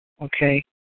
Okay